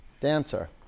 Dancer